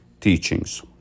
teachings